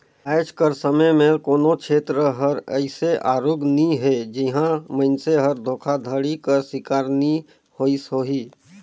आएज कर समे में कोनो छेत्र हर अइसे आरूग नी हे जिहां मइनसे हर धोखाघड़ी कर सिकार नी होइस होही